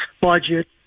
budget